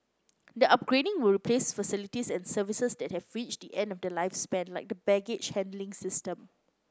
the upgrading will replace facilities and services that have reached the end of their lifespan like the baggage handling system